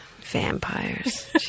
Vampires